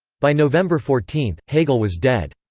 by november fourteen, hegel was dead.